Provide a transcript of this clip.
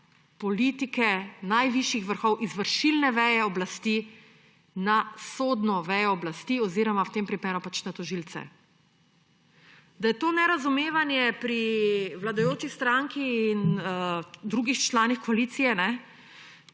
politike najvišjih vrhov izvršilne veje oblasti na sodno vejo oblasti oziroma v tem primeru pač na tožilce. Da je to nerazumevanje pri vladajoči stranki in drugih članih koalicije, se